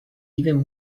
even